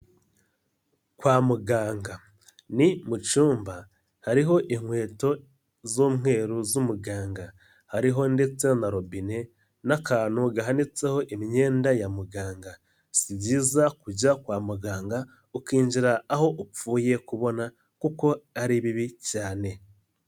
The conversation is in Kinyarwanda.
Kwa muganga ni mu cyumba hariho inkweto z'umweru z'umuganga, hariho ndetse na robine n'akantu gahanitseho imyenda ya muganga, si byiza kujya kwa muganga ukinjira aho upfuye kubona kuko ari bibi cyane.